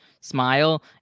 smile